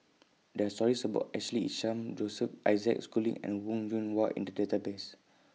There Are stories about Ashley Isham Joseph Isaac Schooling and Wong Yoon Wah in The Database